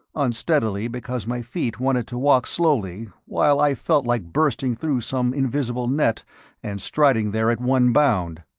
unsteadily because my feet wanted to walk slowly while i felt like bursting through some invisible net and striding there at one bound.